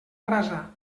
rasa